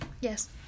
yes